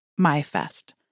MyFest